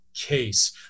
case